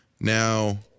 Now